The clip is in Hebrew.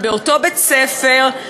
באותו בית-ספר,